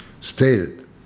stated